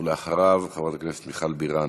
ואחריו, חברת הכנסת מיכל בירן.